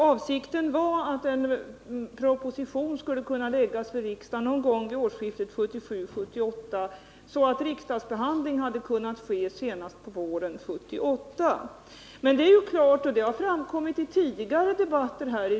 Avsikten var att en proposition skulle kunna framläggas för riksdagen någon gång vid årsskiftet 1977-1978, så att riksdagsbehandling hade kunnat ske senast på våren 1978.